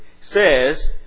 says